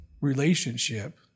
relationship